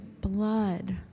blood